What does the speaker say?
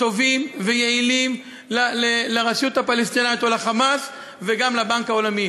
טובים ויעילים לרשות הפלסטינית או ל"חמאס" וגם לבנק העולמי.